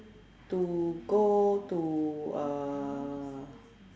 to go to uh